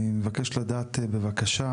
אני מבקש לדעת בבקשה,